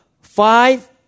Five